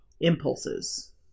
impulses